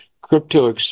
crypto